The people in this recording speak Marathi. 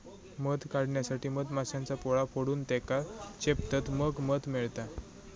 मध काढण्यासाठी मधमाश्यांचा पोळा फोडून त्येका चेपतत मग मध मिळता